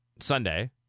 Sunday